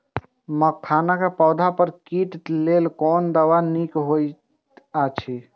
मखानक पौधा पर कीटक लेल कोन दवा निक होयत अछि?